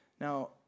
Now